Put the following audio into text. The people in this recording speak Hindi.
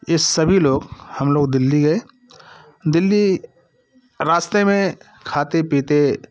ये सभी लोग हम लोग दिल्ली गए दिल्ली रास्ते में खाते पीते